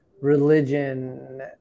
religion